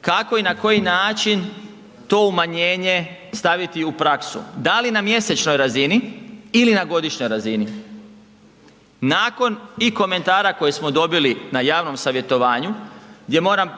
kako i na koji način to umanjenje staviti u praksu, da li na mjesečnoj razini ili na godišnjoj razini, nakon i komentara koje smo dobili na javnom savjetovanju gdje moram